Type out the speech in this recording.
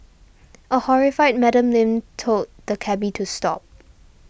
a horrified Madam Lin told the cabby to stop